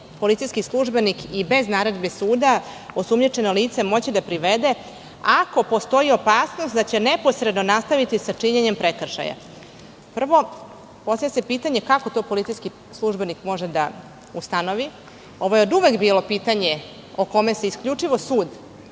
policijski službenik i bez naredbe suda osumnjičeno lice moći da privede, ako postoji opasnost da će neposredno nastaviti sa činjenjem prekršaja. Prvo, postavlja se pitanje – kako to policijski službenik može da ustanovi? Ovo je oduvek bilo pitanje o kome se isključivo sud